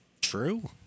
True